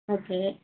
okay